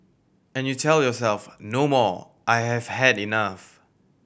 and you tell yourself no more I have had enough